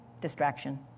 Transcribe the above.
distraction